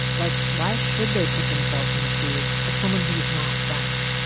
like, why should they put themselves in the shoes of someone who is not them,